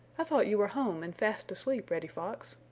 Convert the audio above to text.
i thought you were home and fast asleep, reddy fox,